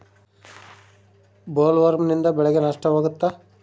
ಬೊಲ್ವರ್ಮ್ನಿಂದ ಬೆಳೆಗೆ ನಷ್ಟವಾಗುತ್ತ?